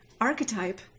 archetype